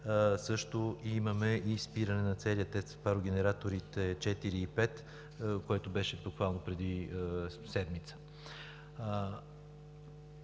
ЕООД, имаме спиране и на целия ТЕЦ с парогенератори 4 и 5, което беше буквално преди седмица.